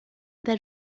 there